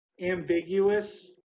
ambiguous